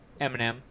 Eminem